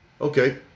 Okay